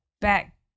back